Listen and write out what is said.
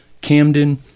Camden